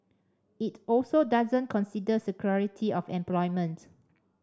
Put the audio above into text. it also doesn't consider security of employment